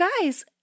guys